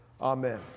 Amen